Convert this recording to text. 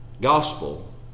gospel